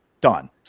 Done